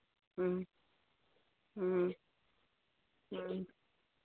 ꯎꯝ ꯎꯝ ꯎꯝ